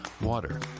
water